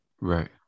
Right